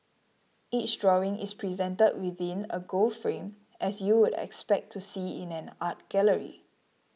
each drawing is presented within a gold frame as you would expect to see in an art gallery